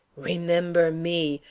remember me!